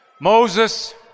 Moses